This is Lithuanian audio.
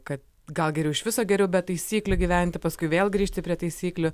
kad gal geriau iš viso geriau be taisyklių gyventi paskui vėl grįžti prie taisyklių